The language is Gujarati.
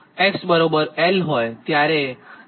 તો જ્યારે x𝑙 હોય I𝑙 IS થાય